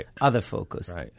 other-focused